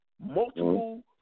multiple